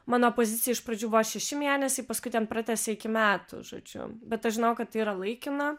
mano pozicija iš pradžių buvo šeši mėnesiai paskui ten pratęsė iki metų žodžiu bet aš žinojau kad yra laikina